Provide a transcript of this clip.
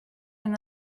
and